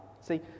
See